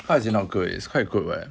how is it not good it's quite good eh